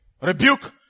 rebuke